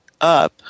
up